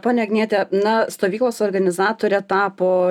ponia agniete na stovyklos organizatore tapo